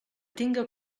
tinga